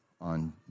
on